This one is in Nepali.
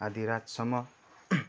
आधा रातसम्म